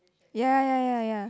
ya ya ya ya